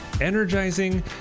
energizing